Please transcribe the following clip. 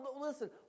listen